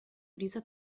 dieser